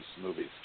movies